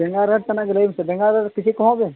ᱵᱮᱸᱜᱟᱲ ᱨᱮᱴ ᱛᱮᱱᱟᱜ ᱜᱮ ᱞᱟᱹᱭ ᱵᱮᱱ ᱥᱮ ᱵᱮᱸᱜᱟᱲ ᱨᱮᱴ ᱠᱤᱪᱷᱤ ᱠᱚᱢᱚᱜ ᱵᱤᱱ